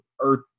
earth